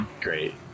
Great